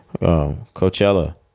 Coachella